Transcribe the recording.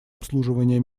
обслуживание